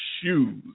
shoes